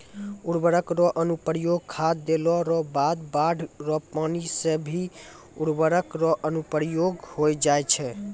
उर्वरक रो अनुप्रयोग खाद देला रो बाद बाढ़ रो पानी से भी उर्वरक रो अनुप्रयोग होय जाय छै